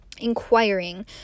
inquiring